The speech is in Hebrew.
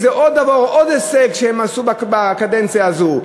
איזה עוד דבר או עוד הישג הם עשו בקדנציה הזאת.